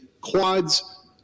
quads